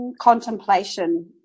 Contemplation